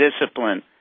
discipline